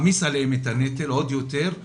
עליהם עוד יותר את הנטל,